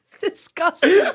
Disgusting